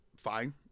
fine